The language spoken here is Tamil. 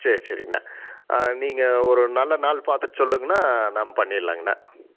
செரி சரிங்க அண்ணா ஆ நீங்கள் ஒரு நல்ல நாள் பார்த்துட்டு சொல்லுங்கள் அண்ணா நம்ம பண்ணிலாங்க அண்ணா